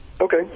okay